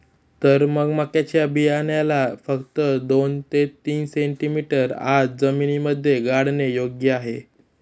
तर मग मक्याच्या बियाण्याला फक्त दोन ते तीन सेंटीमीटर आत जमिनीमध्ये गाडने योग्य आहे